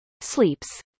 Sleeps